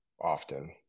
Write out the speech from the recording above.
often